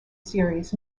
series